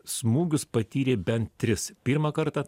smūgius patyrė bent tris pirmą kartą